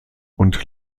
und